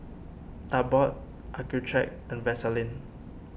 Abbott Accucheck and Vaselin